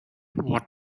what